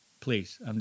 please